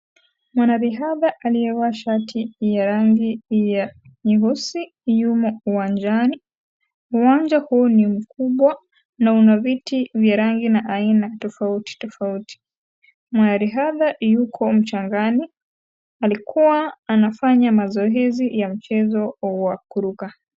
Mwanariadha aliyevaa shati ya rangi ya nyeusi yumo uwanjani. Uwanja huu ni mkubwa na una viti vya rangi na aina tofauti tofauti. Mwanariadha yuko mchangani, alikuwa anafanya mazoezi ya mchezo wa kuruka.